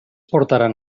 portaran